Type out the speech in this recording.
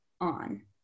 on